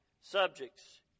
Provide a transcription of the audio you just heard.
subjects